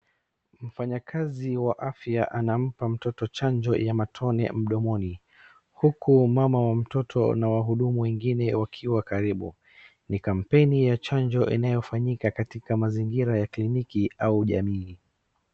Mfanyakazi wa afya anampaa mtoto chanjo ya matone mdomoni. Huku mama wa mtoto na wahudumu wengine wakiwa karibu. Ni kampeni ya chanjo inaofanyika katika mazingira ya kilinki au jamii.